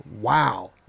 wow